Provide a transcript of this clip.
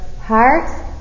heart